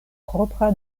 propra